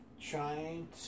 trying